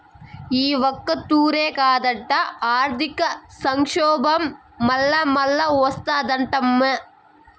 ఈ ఒక్కతూరే కాదట, ఆర్థిక సంక్షోబం మల్లామల్లా ఓస్తాదటమ్మో